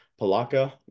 Palaka